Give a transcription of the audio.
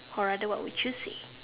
or rather what would you say